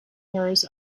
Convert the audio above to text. errors